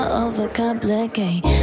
overcomplicate